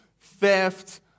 theft